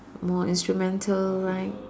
more instrumental like